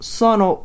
sono